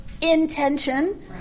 intention